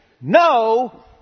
no